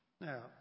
Now